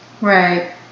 Right